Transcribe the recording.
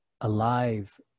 alive